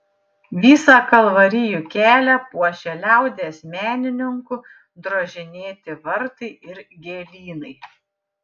visą kalvarijų kelią puošia liaudies menininkų drožinėti vartai ir gėlynai